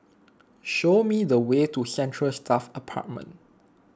show me the way to Central Staff Apartment